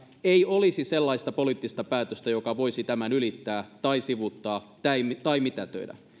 ei olisi sellaista poliittista päätöstä joka voisi tämän ylittää tai sivuuttaa tai mitätöidä